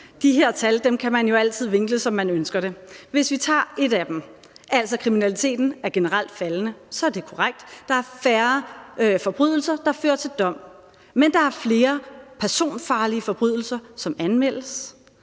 de her tal kan man jo altid vinkle, som man ønsker det. Hvis vi tager et af dem, altså at kriminaliteten generelt er faldende, så er det korrekt. Der er færre forbrydelser, der fører til dom. Men der er flere personfarlige forbrydelser, som anmeldes,